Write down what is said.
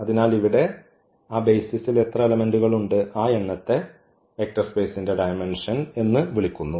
അതിനാൽ ഇവിടെ ആ ബെയ്സിസിൽ എത്ര എലെമെന്റുകൾ ഉണ്ട് ആ എണ്ണത്തെ വെക്റ്റർ സ്പെയ്സിന്റെ ഡയമെന്ഷൻ എന്ന് വിളിക്കുന്നു